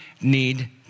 need